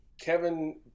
Kevin